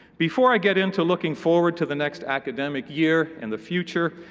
before i get into looking forward to the next academic year and the future,